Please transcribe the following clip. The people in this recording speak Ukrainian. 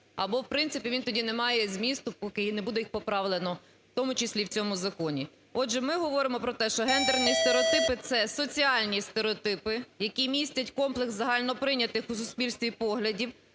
або в принципі він тоді не має змісту, поки не буде їх поправлено, в тому числі і в цьому законі. Отже, ми говоримо про те, що гендерні стереотипи – це соціальні стереотипи, які містять комплекс загальноприйнятих у суспільстві поглядів